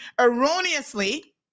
erroneously